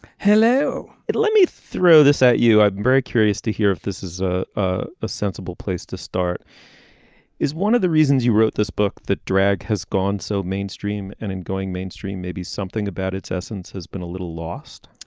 hello. let me throw this at you i'd i'm very curious to hear if this is ah ah a sensible place to start is one of the reasons you wrote this book that drag has gone so mainstream and in going mainstream maybe something about its essence has been a little lost